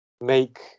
make